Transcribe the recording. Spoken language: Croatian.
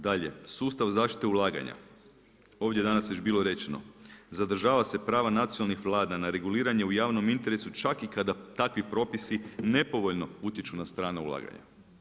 Dalje, sustav zaštite ulaganja, ovdje je danas već bilo rečeno zadržava se prava nacionalnih vlada na reguliranje u javnom interesu čak i kada takvi propisi nepovoljno utječu na strana ulaganja.